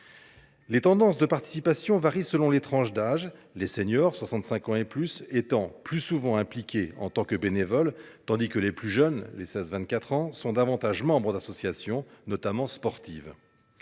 Les tendances de participation varient selon les tranches d’âge, les seniors – âgés de 65 ans et plus – étant plus souvent impliqués en tant que bénévoles, tandis que les plus jeunes – entre 16 et 24 ans – sont davantage membres d’associations, notamment sportives.